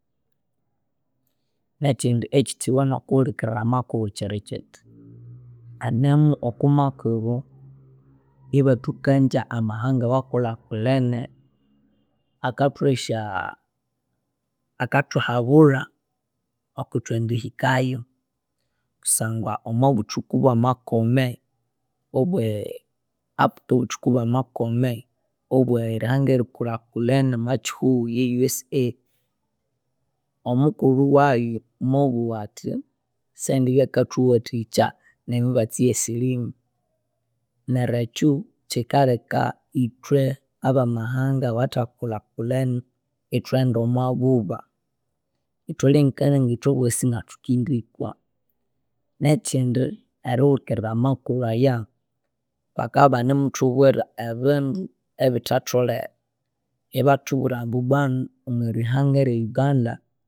Nekyindi ekyithiwene okuhulhikirira amakuru kyirikyithi hanehu okwamakuru ibathukagye amahanga awakulhakulhene, akathuha esya akathuhabulha okuthendihikayo kusangwa omobuthuku bwamakome obwe up to buthuku bwamakome obwerihanga erikulhakulhene omwakyihugho yi- USA omukulhu wayo mwabuwa athi sendibya akathuwathika nebibatsi eyasilhimu neryo ekyo kyikalheka yithwe abamahanga awathakulhakulhene yithwa enda omwabuba yithwalhengekania ngithwabosi ngathukindikwa, nekyindi erihulhikirira amakuru aya bakabya yibanimuthubwira ebindu ebithatholere yibathubira ambu bwanu omorihanga re- Uganda